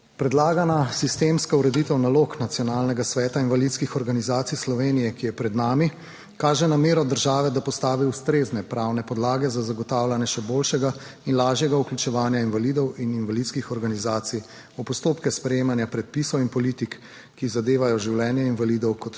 Predlagana sistemska ureditev nalog Nacionalnega sveta invalidskih organizacij Slovenije, ki je pred nami, kaže namero države, da postavi ustrezne pravne podlage za zagotavljanje še boljšega in lažjega vključevanja invalidov in invalidskih organizacij v postopke sprejemanja predpisov in politik, ki zadevajo življenje invalidov kot